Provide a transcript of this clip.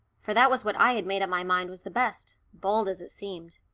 for that was what i had made up my mind was the best, bold as it seemed.